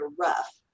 rough